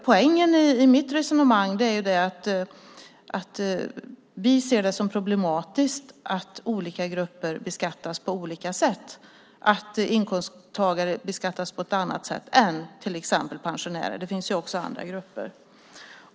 Poängen i mitt resonemang är att vi ser det som problematiskt att olika grupper beskattas på olika sätt - att inkomsttagare beskattas på ett annat sätt än till exempel pensionärer. Det finns också andra grupper.